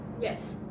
Yes